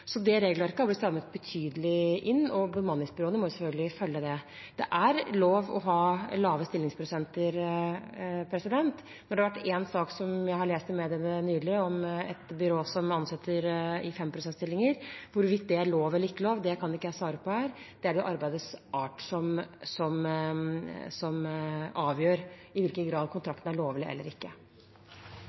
regelverket har blitt strammet betydelig inn, og bemanningsbyråene må selvfølgelig følge det. Det er lov å ha lave stillingsprosenter. Det har vært én sak som jeg har lest om i mediene nylig, om et byrå som ansetter i 5-prosentstillinger. Hvorvidt det er lov eller ikke lov, kan jeg ikke svare på her. Det er arbeidets art som avgjør i hvilken grad kontrakten er lovlig eller ikke.